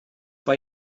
war